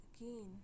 again